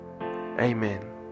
Amen